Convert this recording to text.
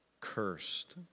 cursed